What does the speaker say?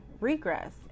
regress